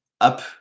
up